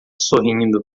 sorrindo